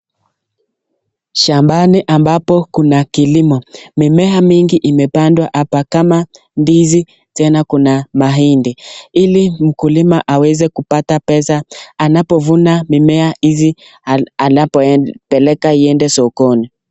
Shambani ambapo kuna kilimo. Mimea mingi imepandwa hapa kama ndizi tena kuna mahindi. Ili mkulima aweze kupata pesa anapovuna mimea hizi anapopeleka iende sokoni.